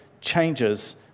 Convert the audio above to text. changes